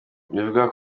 bivugwa